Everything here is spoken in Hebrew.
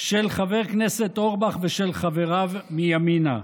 של חבר הכנסת אורבך ושל חבריו מימינה.